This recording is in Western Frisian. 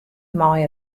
mei